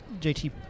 JT